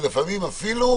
לפעמים אפילו